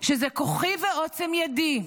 שזה כוחי ועוצם ידי,